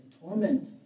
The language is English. torment